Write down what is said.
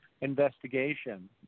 investigation